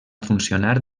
funcionar